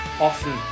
often